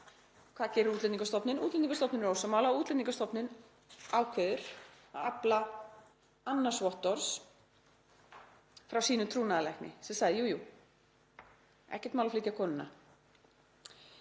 Hvað gerir Útlendingastofnun? Útlendingastofnun er ósammála. Útlendingastofnun ákveður að afla annars vottorðs frá sínum trúnaðarlækni, sem sagði: Jú, ekkert mál að flytja konuna.